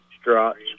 struts